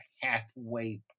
halfway